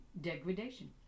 degradation